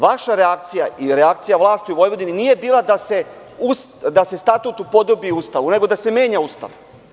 Vaša reakcija i reakcija vlasti u Vojvodini nije bila da se Statut upodobi Ustavu, nego da se menja Ustav.